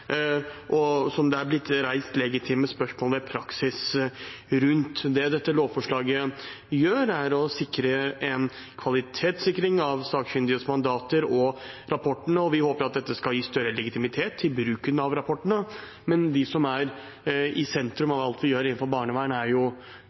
og som det er blitt reist legitime spørsmål ved praksis rundt. Det dette lovforslaget gjør, er å sikre en kvalitetssikring av sakkyndiges mandater og rapportene, og vi håper at dette skal gi større legitimitet til bruken av rapportene. Men de som er i sentrum